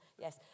Yes